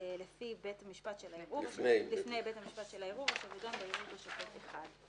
לפני בית משפט שלערעור אשר ידון בערעור בשופט אחד.